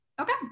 Okay